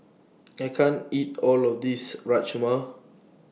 I can't eat All of This Rajma